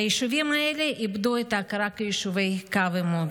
והיישובים האלה איבדו את ההכרה כיישובי קו עימות.